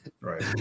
right